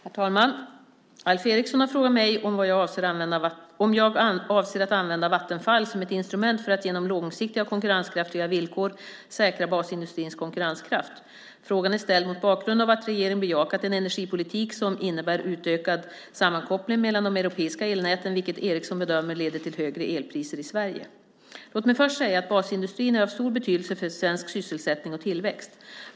Herr talman! Alf Eriksson har frågat mig om jag avser att använda Vattenfall som ett instrument för att genom långsiktiga och konkurrenskraftiga villkor säkra basindustrins konkurrenskraft. Frågan är ställd mot bakgrund av att regeringen bejakat en energipolitik som innebär utökad sammankoppling mellan de europeiska elnäten vilket Eriksson bedömer leder till högre elpriser i Sverige. Låt mig först säga att basindustrin är av stor betydelse för svensk sysselsättning och tillväxt.